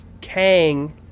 Kang